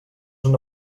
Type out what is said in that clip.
una